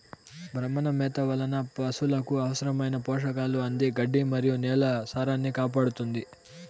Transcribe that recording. భ్రమణ మేత వలన పసులకు అవసరమైన పోషకాలు అంది గడ్డి మరియు నేల సారాన్నికాపాడుతుంది